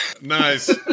Nice